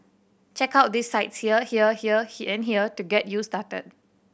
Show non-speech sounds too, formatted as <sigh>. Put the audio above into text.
check out these sites here here here <unintelligible> and here to get you started